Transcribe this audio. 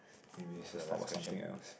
anyways let's talk about something else